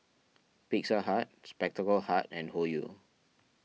Pizza Hut Spectacle Hut and Hoyu